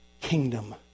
kingdom